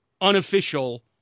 unofficial